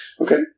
Okay